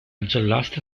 giallastra